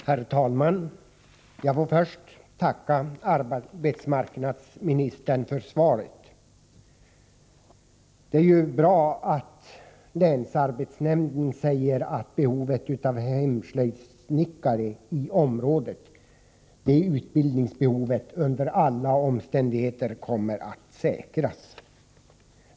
Herr talman! Jag vill först tacka arbetsmarknadsministern för svaret. Det är bra att länsarbetsnämnden säger att utbildningsbehovet när det gäller hemslöjdssnickare i området under alla omständigheter kommer att säkras.